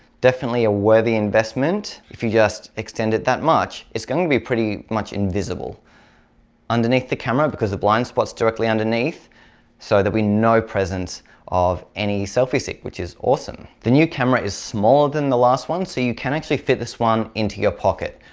definitely a worthy investment. if you just extend it that much it's going to be pretty much invisible underneath the camera because the blind spot's directly underneath so that there'll be no presence of any selfie stick which is awesome. the new camera is smaller than the last one so you can actually fit this one into your pocket.